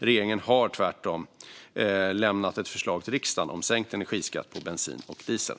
Regeringen har tvärtom lämnat ett förslag till riksdagen om sänkt energiskatt på bensin och diesel.